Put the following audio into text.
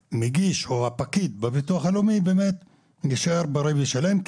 כשהפקיד בביטוח הלאומי נשאר בריא ושלם,